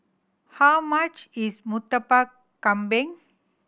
how much is Murtabak Kambing